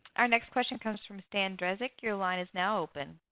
our next question comes from stan reznac your line is now open.